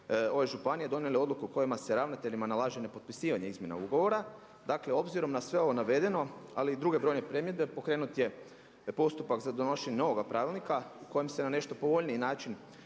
ove županije donijele odluku kojima se ravnateljima nalaže …/Govornik se ne razumije./… izmjena ugovora. Dakle obzirom na sve ovo navedeno ali i druge brojne primjedbe pokrenut je postupak za donošenje novoga pravilnika u kojem se na nešto povoljniji način